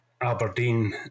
Aberdeen